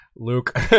luke